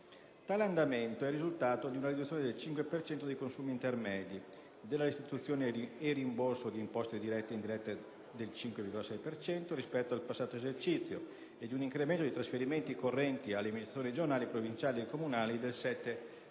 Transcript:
Tale andamento è il risultato di una riduzione del 5 per cento dei consumi intermedi, della restituzione e del rimborso di imposte dirette e indirette del 5,6 per cento, rispetto al passato esercizio, di un incremento di trasferimenti correnti alle amministrazioni regionali, provinciali e comunali del 7,5